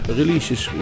releases